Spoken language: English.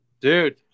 Dude